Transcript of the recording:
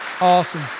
awesome